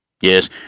Yes